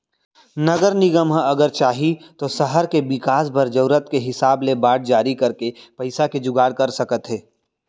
नगर निगम ह अगर चाही तौ सहर के बिकास बर जरूरत के हिसाब ले बांड जारी करके पइसा के जुगाड़ कर सकत हे